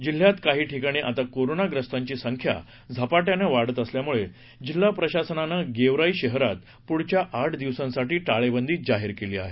जिल्ह्यात काही ठिकाणी आता कोरोना ग्रस्तांची संख्या झपाट्यानं वाढत असल्यामुळे जिल्हा प्रशासनानं गेवराई शहरात पुढच्या आठ दिवसांसाठी टाळेबंदी जाहीर केली आहे